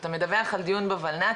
אתה מדווח על דיון בולנת"ע,